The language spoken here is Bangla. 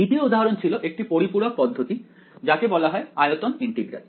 দ্বিতীয় উদাহরণ ছিল একটি পরিপূরক পদ্ধতি যাকে বলা হয় আয়তন ইন্টিগ্রাল